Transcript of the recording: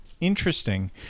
Interesting